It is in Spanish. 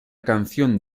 canción